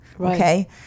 okay